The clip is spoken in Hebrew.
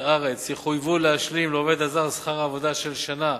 לארץ יחויבו להשלים לעובד הזר שכר עבודה של שנה,